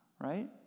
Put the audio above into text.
right